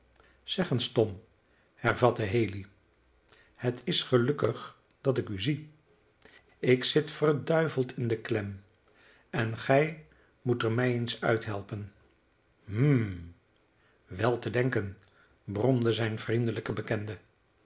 eens tom hervatte haley het is gelukkig dat ik u zie ik zit verduiveld in de klem en gij moet er mij eens uit helpen hm wel te denken bromde zijn vriendelijke bekende